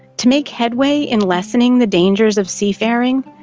to make headway in lessening the dangers of seafaring,